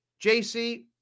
JC